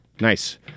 nice